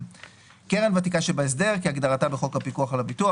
"קרן ותיקה שבהסדר" כהגדרתה בחוק הפיקוח על הביטוח,